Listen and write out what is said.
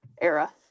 era